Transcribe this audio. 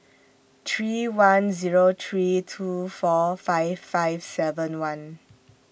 three one Zero three two four five five seven one